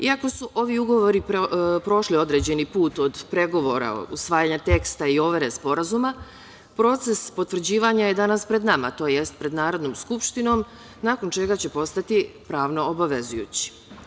Iako su ovi ugovori prošli određeni put od pregovora, usvajanja teksta i overe sporazuma, proces potvrđivanja je danas pred nama tj. pred Narodnom skupštinom, nakon čega će postati pravno obavezujući.